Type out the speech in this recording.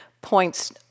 points